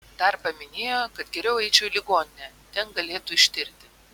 dar paminėjo kad geriau eičiau į ligoninę ten galėtų ištirti